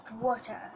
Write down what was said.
water